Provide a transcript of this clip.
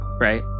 right